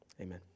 amen